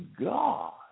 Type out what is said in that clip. God